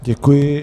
Děkuji.